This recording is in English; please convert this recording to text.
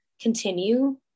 continue